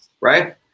right